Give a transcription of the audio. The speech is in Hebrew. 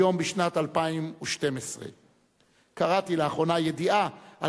היום בשנת 2012. קראתי לאחרונה ידיעה על